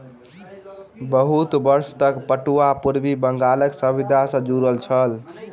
बहुत वर्ष तक पटुआ पूर्वी बंगालक सभ्यता सॅ जुड़ल छल